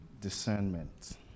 discernment